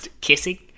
kissing